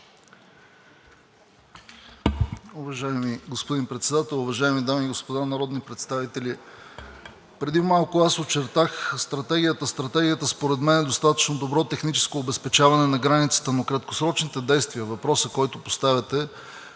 Уважаеми господин Председател, уважаеми дами и господа народни представители! Преди малко очертах стратегията, а стратегията според мен е достатъчно добро техническо обезпечаване на границата, но за краткосрочните действия – въпросът, който поставяте,